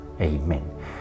Amen